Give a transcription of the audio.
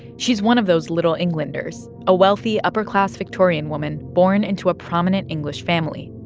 she's one of those little englanders a wealthy upper class victorian woman born into a prominent english family.